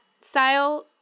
style